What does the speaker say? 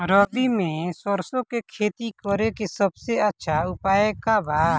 रबी में सरसो के खेती करे के सबसे अच्छा उपाय का बा?